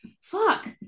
Fuck